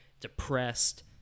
depressed